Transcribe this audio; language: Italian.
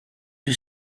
più